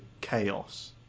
chaos